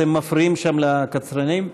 אתם מפריעים שם לקצרנים.